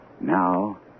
now